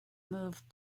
moved